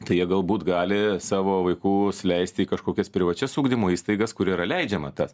tai jie galbūt gali savo vaikus leisti į kažkokias privačias ugdymo įstaigas kur yra leidžiama tas